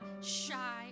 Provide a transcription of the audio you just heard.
shy